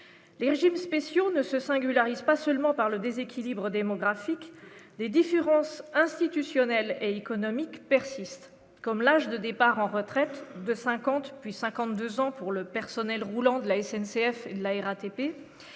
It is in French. les régimes spéciaux ne se singularise pas seulement par le déséquilibre démographique des différences institutionnelles et économiques persistent, comme l'âge de départ en retraite de 50 puis 52 ans, pour le personnel roulant de la SNCF, la RATP